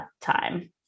time